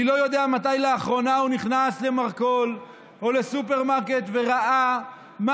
אני לא יודע מתי לאחרונה הוא נכנס למרכול או לסופרמרקט וראה מה